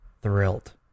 thrilled